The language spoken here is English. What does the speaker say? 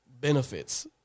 benefits